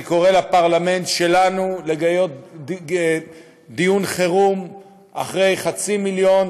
אני קורא לפרלמנט שלנו לקיים דיון חירום אחרי חצי מיליון